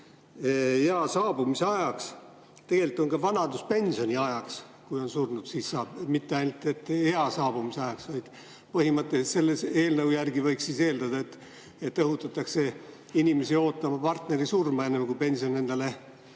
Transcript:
ea saabumise ajaks, aga tegelikult on ka vanaduspensioni ajaks, kui on surnud, siis saab, mitte ainult ea saabumise ajaks. Põhimõtteliselt selle eelnõu järgi võiks siis eeldada, et õhutatakse inimesi ootama partneri surma enne, kui pension endale